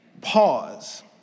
Pause